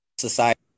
Society